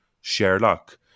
Sherlock